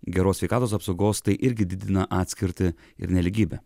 geros sveikatos apsaugos tai irgi didina atskirtį ir nelygybę